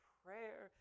prayer